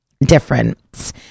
Difference